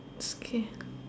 it's okay